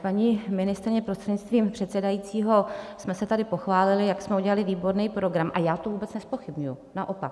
Paní ministryně, prostřednictvím předsedajícího, my jsme se tady pochválili, jak jsme udělali výborný program, a já to vůbec nezpochybňuji, naopak.